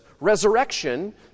Resurrection